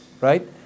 right